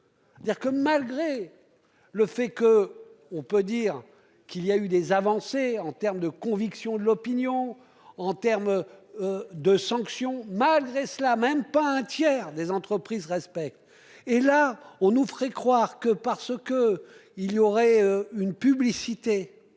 C'est-à-dire que malgré. Le fait que on peut dire qu'il y a eu des avancées en terme de conviction de l'opinion en termes. De sanctions. Malgré cela, même pas un tiers des entreprises respect et là on nous ferait croire que parce que il y aurait une publicité.